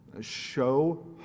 show